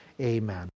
Amen